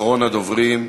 אחרון הדוברים.